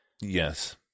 Yes